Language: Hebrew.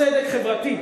צדק חברתי,